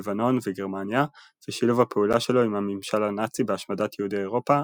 לבנון וגרמניה ושיתוף הפעולה שלו עם הממשל הנאצי בהשמדת יהודי אירופה,